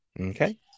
Okay